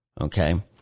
okay